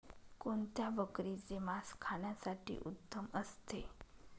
कोणत्या बकरीचे मास खाण्यासाठी उत्तम असते?